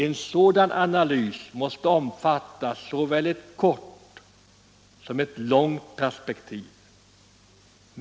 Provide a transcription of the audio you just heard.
En sådan analys måste omfatta såväl ett kort som ett långt perspektiv.